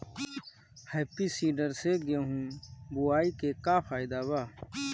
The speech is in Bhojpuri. हैप्पी सीडर से गेहूं बोआई के का फायदा बा?